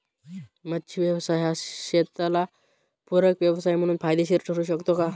मच्छी व्यवसाय हा शेताला पूरक व्यवसाय म्हणून फायदेशीर ठरु शकतो का?